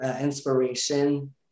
inspiration